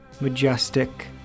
majestic